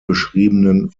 beschriebenen